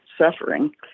suffering